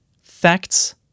facts